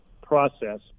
process